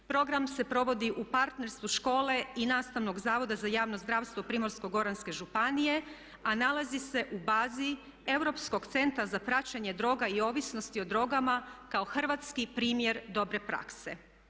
Program se provodi u partnerstvu škole i nastavnog Zavoda za javno zdravstvo Primorsko-goranske županije, a nalazi se u bazi Europskog centra za praćenje droga i ovisnosti o drogama kao hrvatski primjer dobre prakse.